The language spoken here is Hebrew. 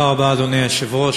אדוני היושב-ראש,